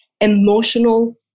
emotional